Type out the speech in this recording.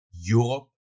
Europe